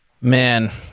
Man